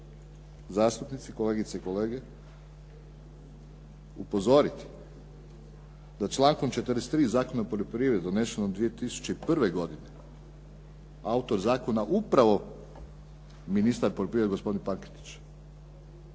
vas želim kolegice i kolege zastupnici upozoriti da člankom 43. Zakona o poljoprivredi donesenom 2001. autor zakona upravo ministar poljoprivrede gospodin Pankretić,